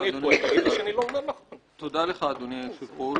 אדוני היושב-ראש,